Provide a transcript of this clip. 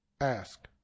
ask